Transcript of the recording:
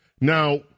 Now